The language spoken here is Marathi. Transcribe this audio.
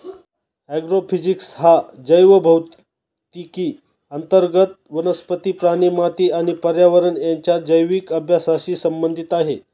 ॲग्रोफिजिक्स हा जैवभौतिकी अंतर्गत वनस्पती, प्राणी, माती आणि पर्यावरण यांच्या जैविक अभ्यासाशी संबंधित आहे